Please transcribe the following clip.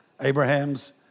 Abraham's